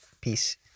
peace